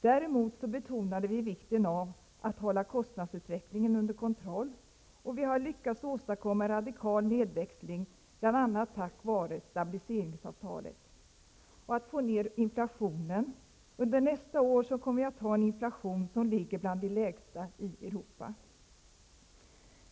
Däremot betonade vi vikten av att hålla kostnadsutvecklingen under kontroll, och vi har lyckats åstadkomma en radikal nedväxling bl.a. tack vare stabiliseringsavtalet. Vi betonade också vikten av att få ner inflationen. Under nästa år kommer vi att ha en inflation som ligger bland de lägsta i Europa.